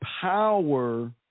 power